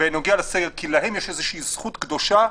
בנוגע לסגר כי להם יש זכות קדושה,